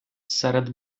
серед